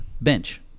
bench